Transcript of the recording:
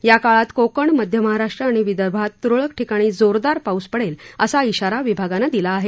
या काळात कोकण मध्य महाराष्ट्र आणि विदर्भात तुरळक ठिकाणी जोरदार पाऊस पडेल असा इशारा विभागानं दिला आहे